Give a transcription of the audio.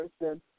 person